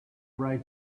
write